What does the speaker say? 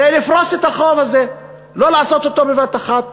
זה לפרוס את החוב הזה, לא לעשות אותו בבת אחת.